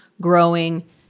growing